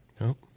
No